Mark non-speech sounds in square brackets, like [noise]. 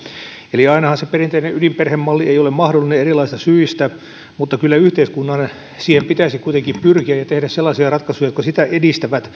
eli ainahan se perinteinen ydinperhemalli ei ole mahdollinen erilaisista syistä mutta kyllä yhteiskunnan siihen pitäisi kuitenkin pyrkiä ja tehdä sellaisia ratkaisuja jotka sitä edistävät [unintelligible]